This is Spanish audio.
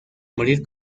morir